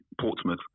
Portsmouth